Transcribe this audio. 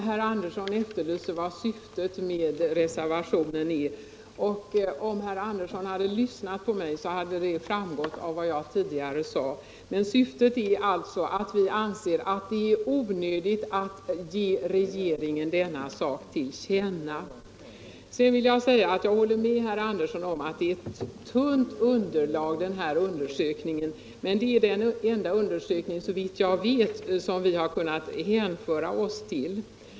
Herr talman! Herr Sivert Andersson efterlyste syftet med reservationen. Det framgick av vad jag tidigare sade. Syftet är alltså att vi anser det onödigt att ge regeringen denna sak till känna. Jag håller med herr Andersson om att den undersökning vi refererar till är ett tunt underlag, men det är såvitt jag vet den enda undersökning som finns att hänvisa till.